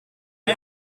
een